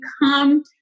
come